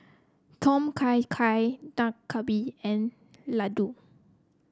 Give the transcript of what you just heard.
Tom Kha Gai Dak Galbi and Ladoo